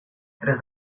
tres